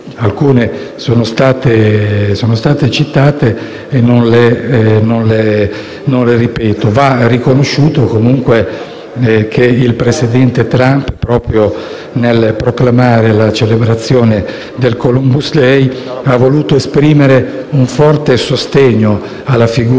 casi sono stati citati e non li ripeto. Va riconosciuto comunque che il presidente Trump, proprio nel programmare la celebrazione del Columbus day, ha voluto esprimere un forte sostegno alla figura